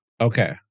Okay